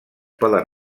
poden